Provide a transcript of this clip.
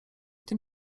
tym